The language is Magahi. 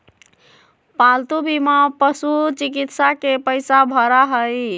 पालतू बीमा पशुचिकित्सा के पैसा भरा हई